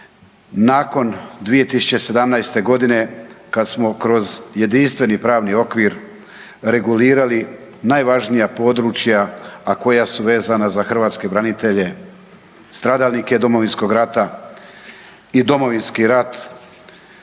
nakon 2017. godine kad smo kroz jedinstveni pravni okvir regulirali najvažnija područja, a koja su vezana za hrvatske branitelje, stradalnike Domovinskog rata i Domovinski rat